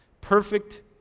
Perfect